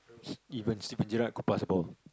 even Steven-Gerrard could pass the ball